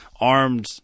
armed